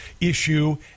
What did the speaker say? issue